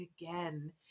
again